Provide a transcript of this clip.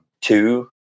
two